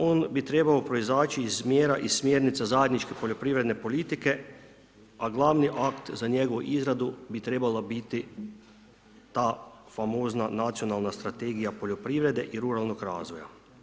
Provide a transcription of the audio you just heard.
On bi trebao proizaći iz mjera i smjernica zajedničke poljoprivredne politike, a glavni akt za njegovu izradu bi trebala biti ta famozna nacionalna strategija poljoprivrede i ruralnog razvoja.